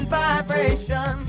vibration